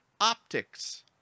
optics